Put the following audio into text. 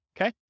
Okay